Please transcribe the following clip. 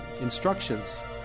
instructions